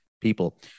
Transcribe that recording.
people